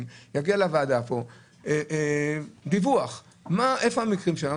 יגיע לוועדת הכספים דיווח היכן המקרים.